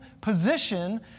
position